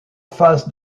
face